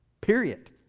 period